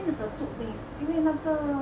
it is the soup base 因为那个